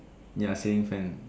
ya ceiling fan